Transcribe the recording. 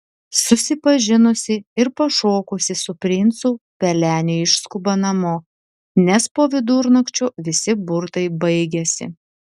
susipažinusi ir pašokusi su princu pelenė išskuba namo nes po vidurnakčio visi burtai baigiasi